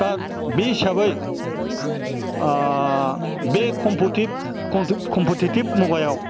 दा बे हिसाबै बे कमपिटेटिभ मुगायाव